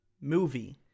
movie